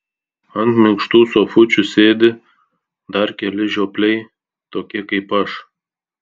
ant minkštų sofučių sėdi dar keli žiopliai tokie kaip aš